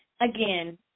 again